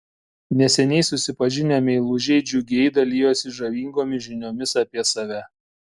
neseniai susipažinę meilužiai džiugiai dalijosi žavingomis žiniomis apie save